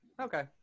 Okay